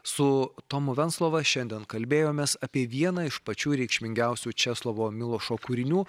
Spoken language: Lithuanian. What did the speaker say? su tomu venclova šiandien kalbėjomės apie vieną iš pačių reikšmingiausių česlovo milošo kūrinių